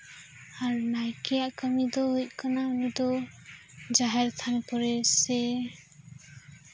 ᱟᱨ ᱱᱟᱭᱠᱮᱭᱟᱜ ᱠᱟᱹᱢᱤ ᱫᱚ ᱦᱩᱭᱩᱜ ᱠᱟᱱᱟ ᱩᱱᱤ ᱫᱚ ᱡᱟᱦᱮᱨ ᱛᱷᱟᱱ ᱠᱚᱨᱮ ᱥᱮ